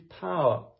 power